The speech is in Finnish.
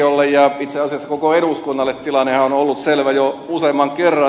oppositiolle ja itse asiassa koko eduskunnalle tilannehan on ollut selvä jo useamman kerran